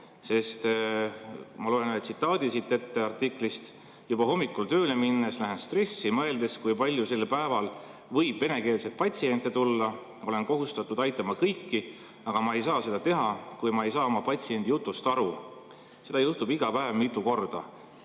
Sest – ma loen siit artiklist ühe tsitaadi ette: "Juba hommikul tööle minnes lähen stressi, mõeldes, kui palju sellel päeval võib venekeelseid patsiente tulla. Olen kohustatud aitama kõiki, aga ma ei saa seda teha, kui ma ei saa oma patsiendi jutust aru. Seda juhtub iga päev mitu korda."